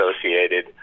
associated